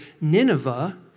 Nineveh